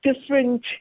different